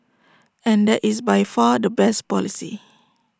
and that is by far the best policy